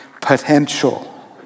Potential